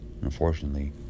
unfortunately